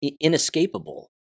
inescapable